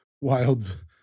wild